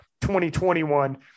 2021